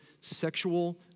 sexual